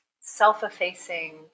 self-effacing